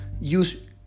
use